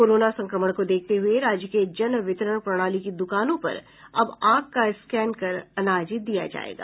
corona संक्रमण को देखते हये राज्य के जन वितरण प्रणाली की दुकानों पर अब आंख का स्कैन कर अनाज दिया जायेगा